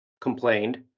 complained